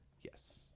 yes